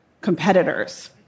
competitors